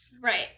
Right